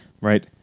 right